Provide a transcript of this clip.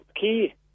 key